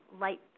light